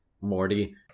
Morty